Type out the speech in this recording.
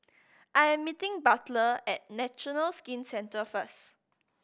I am meeting Butler at National Skin Centre first